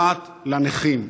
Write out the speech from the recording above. שנוגעת לנכים.